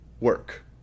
work